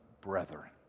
brethren